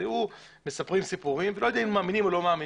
היו מספרים סיפורים, ולא יודעים אם מאמינים או לא.